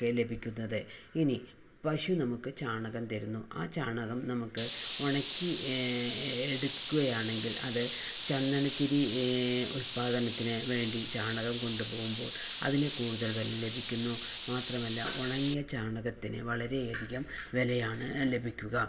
ഒക്കെ ലഭിയ്ക്കുന്നത് ഇനി പശു നമുക്ക് ചാണകം തരുന്നു ആ ചാണകം നമുക്ക് ഉണക്കി എടുക്കുകയാണങ്കിൽ അത് ചന്ദനത്തിരി ഉൽപ്പാദനത്തിന് വേണ്ടി ചാണകം കൊണ്ടുപോകുമ്പോൾ അതിനു കൂടുതൽ വെല ലഭിയ്ക്കുന്നു മാത്രമല്ല ഉണങ്ങിയ ചാണകത്തിന് വളരെ അധികം വിലയാണ് ലഭിയ്ക്കുക